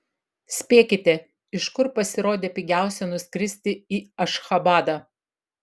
spėkite iš kur pasirodė pigiausia nuskristi į ašchabadą